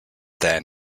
then